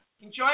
enjoy